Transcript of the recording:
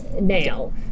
now